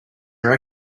are